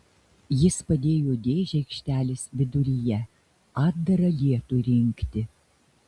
jis padėjo dėžę aikštelės viduryje atdarą lietui rinkti